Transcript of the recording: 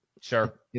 Sure